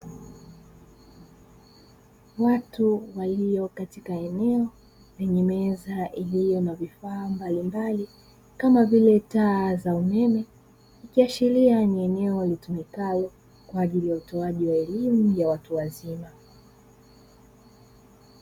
Watu walio katika eneo lenye meza ilio na vifaa mbalimbali kama vile taa za umeme, ikiashiria ni eneo litumikalo kwa ajili ya utoaji wa elimu ya watu wazima.